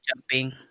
jumping